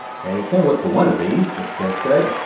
okay, it's going to work for one of these. let's click there,